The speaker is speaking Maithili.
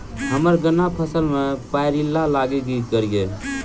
हम्मर गन्ना फसल मे पायरिल्ला लागि की करियै?